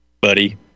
buddy